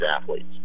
athletes